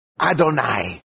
Adonai